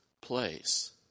place